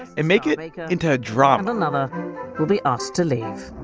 and make it make it into a drama and another will be asked to leave